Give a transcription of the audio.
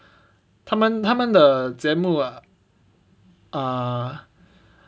他们他们的节目 ah ah